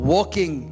Walking